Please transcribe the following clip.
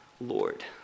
Lord